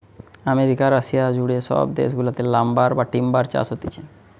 America, Russia জুড়ে সব দেশ গুলাতে লাম্বার বা টিম্বার চাষ হতিছে